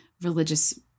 religious